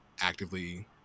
actively